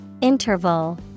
Interval